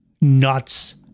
nuts